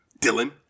Dylan